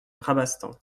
rabastens